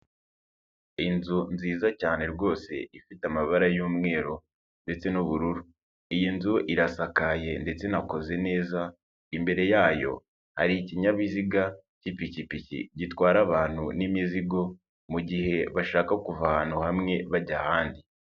Inzu nziza cyane rwose ifite amabara y'umweru ndetse n'ubururu, iyi nzu irasakaye ndetse inakoze neza, imbere yayo hari ikinyabiziga cy'ipikipiki gitwara abantu n'imizigo mu gihe bashaka kuva ahantu hamwe bajya ahandi.